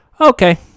Okay